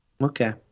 Okay